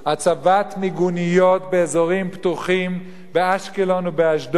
הצבת מיגוניות באזורים פתוחים באשקלון ובאשדוד,